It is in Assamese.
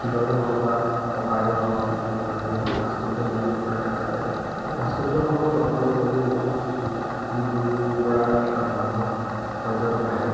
শিলৰেই হওক বা পকাৰেই হওক যি বহুতো ভাস্কৰ্য নিৰ্মাণ কৰা দেখা যায় সেই ভাস্কৰ্যসমূহ দৰ্শনৰ বাবেও বহুত দূৰ দূৰণিৰ পৰা মানুহ পৰ্যটক আহে